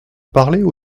parler